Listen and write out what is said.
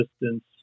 distance